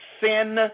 sin